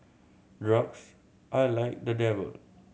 drugs are like the devil